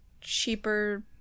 cheaper